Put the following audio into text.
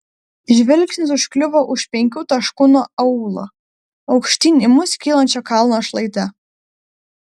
žvilgsnis užkliuvo už penkių taškų nuo aūlo aukštyn į mus kylančio kalno šlaite